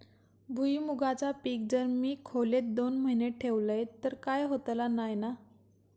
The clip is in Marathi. भुईमूगाचा पीक जर मी खोलेत दोन महिने ठेवलंय तर काय होतला नाय ना?